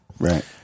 Right